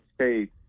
States